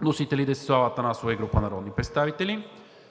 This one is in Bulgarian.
Вносители – Десислава Атанасова и група народни представители.